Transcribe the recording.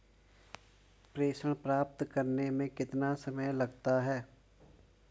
प्रेषण प्राप्त करने में कितना समय लगता है?